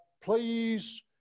please